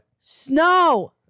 Snow